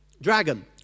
dragon